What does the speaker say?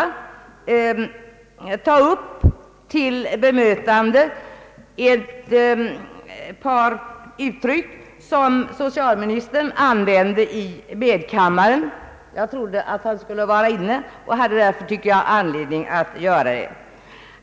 att ta upp till bemötande ett par uttryck som socialministern apD vände i medkammaren — jag trodde att han skulle vara här nu och tyckte där för att jag hade anledning att göra det.